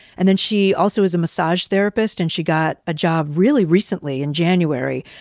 and then she also is a massage therapist, and she got a job really recently, in january,